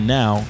now